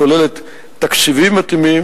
הכוללת תקציבים מתאימים,